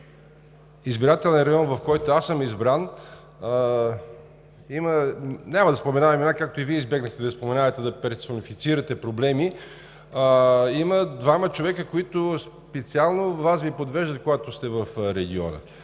избирателния район, в който аз съм избран – няма да споменавам имена, както и Вие избегнахте да споменавате и да персонифицирате проблеми, има двама човека, които Вас специално Ви подвеждат, когато сте в региона